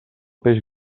peix